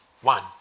one